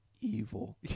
evil